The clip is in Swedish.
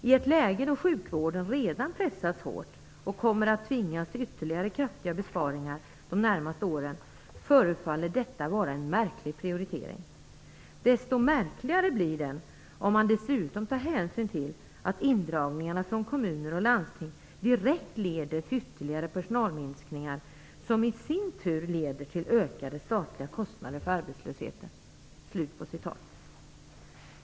I ett läge då sjukvården redan pressas hårt och kommer att tvingas till ytterligare kraftiga besparingar de närmaste åren förefaller detta vara en märklig prioritering. Desto märkligare blir den om man dessutom tar hänsyn till att indragningarna från kommuner och landsting direkt leder till ytterligare personalminskningar som i sin tur leder till ökade statliga kostnader för arbetslösheten.